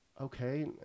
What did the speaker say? okay